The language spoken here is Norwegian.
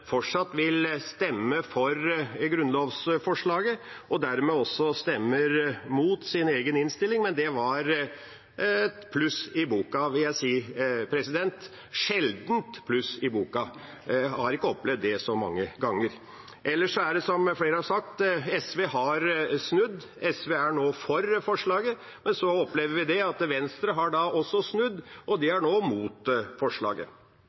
fortsatt vil stemme for grunnlovsforslaget og dermed også stemme imot sin egen innstilling, men det var et pluss i boka, vil jeg si – et sjeldent pluss i boka. Jeg har ikke opplevd det så mange ganger. Som flere har sagt, har SV snudd og er nå for forslaget. Men så opplever vi at Venstre også har snudd, og de er nå imot forslaget.